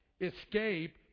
Escape